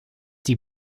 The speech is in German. die